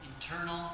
internal